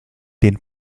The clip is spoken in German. den